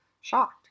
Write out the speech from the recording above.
shocked